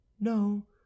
No